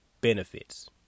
benefits